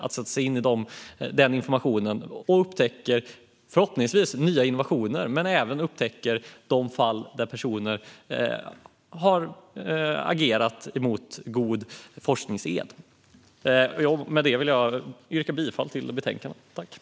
De kan då förhoppningsvis upptäcka nya innovationer och även de fall där personer har agerat mot god forskningssed. Jag yrkar bifall till utskottets förslag i betänkandet.